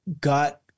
got